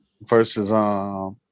versus